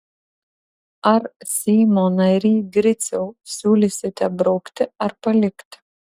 ar seimo nary griciau siūlysite braukti ar palikti